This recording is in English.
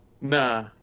Nah